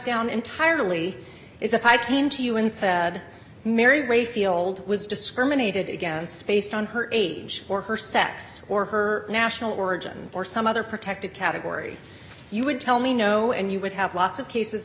down entirely is if i came to you and said mary rayfield was discriminated against based on her age or her sex or her national origin or some other protected category you would tell me no and you would have lots of cases